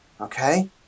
Okay